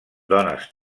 dones